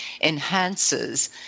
enhances